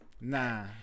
nah